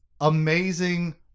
amazing